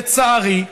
לצערי,